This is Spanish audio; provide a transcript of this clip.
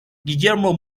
guillermo